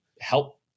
help